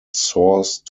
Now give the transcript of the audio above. source